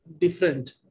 different